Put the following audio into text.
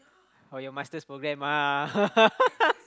oh your Master's program ah